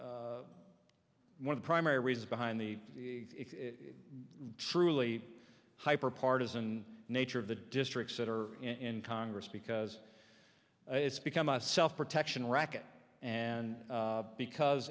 the primary reason behind the truly hyper partisan nature of the districts that are in congress because it's become a self protection racket and because